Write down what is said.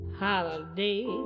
holiday